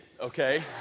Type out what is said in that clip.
okay